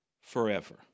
forever